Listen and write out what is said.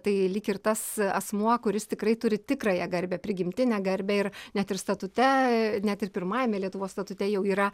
tai lyg ir tas asmuo kuris tikrai turi tikrąją garbę prigimtinę garbę ir net ir statute net ir pirmajame lietuvos statute jau yra